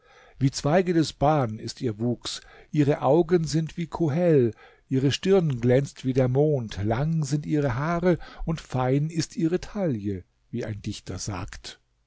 wie zweige des ban ist ihr wuchs ihre augen sind wie kohel ihre stirne glänzt wie der mond lang sind ihre haare und fein ist ihre taille wie ein dichter sagt